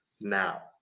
now